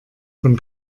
von